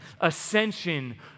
ascension